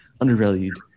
Undervalued